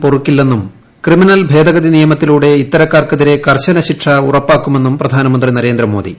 പൊറുക്കില്ലെന്നും criminal ഭേദഗതി നിയമത്തിലൂടെ ഇത്തരക്കാർക്കെതിരെ കർശന ശിക്ഷ ഉറപ്പാക്കുമെന്നും പ്രധാനമന്ത്രി നരേന്ദ്രമോദി